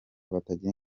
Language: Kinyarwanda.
batagira